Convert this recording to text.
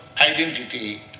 identity